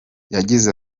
yagize